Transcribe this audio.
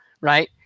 right